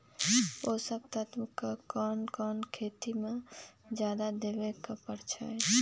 पोषक तत्व क कौन कौन खेती म जादा देवे क परईछी?